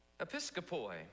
Episcopoi